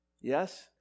Yes